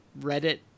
Reddit